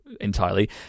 Entirely